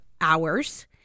hours